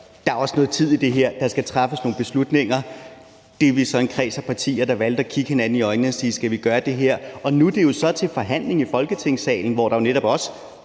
er jo også noget med tid i det her; der skal træffes nogle beslutninger. Vi er så en kreds af partier, der valgte at kigge hinanden i øjnene og sige: Skal vi gøre det her? Og nu er det så til forhandling i Folketingssalen, for det er jo trods